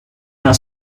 had